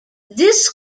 this